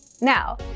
Now